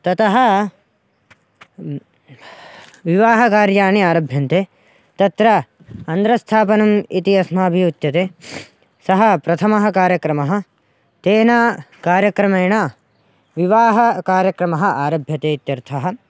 ततः विवाहकार्याणि आरभ्यन्ते तत्र अन्द्रस्थापनम् इति अस्माभिः उच्यते सः प्रथमः कार्यक्रमः तेन कार्यक्रमेण विवाहकार्यक्रमः आरभ्यते इत्यर्थः